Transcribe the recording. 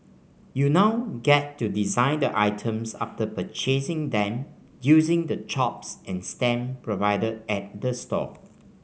you now get to design the items after purchasing them using the chops and stamps provided at the store